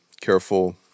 careful